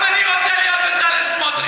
גם אני רוצה להיות בצלאל סמוֹטריץ.